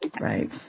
Right